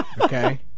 Okay